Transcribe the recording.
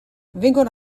vengono